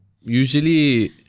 usually